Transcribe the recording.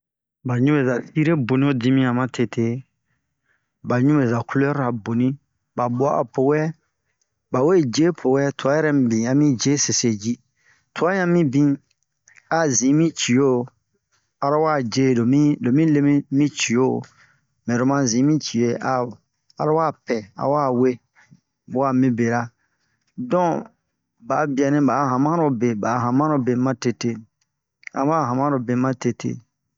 ba ɲubeza sire boni ho dimiyan ma tete ba ɲubeza culɛr ra boni ba bawa'a po wɛ ba we je po wɛ tua yɛrɛ mibin a min je se ji tua yan mibin a zin mi cio aro wa je lo mi lo mi le mi mi cio mɛ lo ma zin mi cie a aro wa pɛ awa we wa mi bera don ba a bianɛ ba'a hamaro be ba'a hamaro be ma tete a ba'a hamaro be ma tete